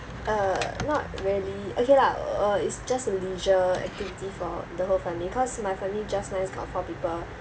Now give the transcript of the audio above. uh not really okay lah uh it's just a leisure activity for the whole family cause my family just nice got four people